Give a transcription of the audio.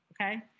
Okay